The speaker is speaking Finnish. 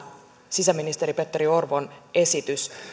sisäministeri petteri orpon esitys